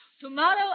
Tomorrow